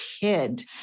kid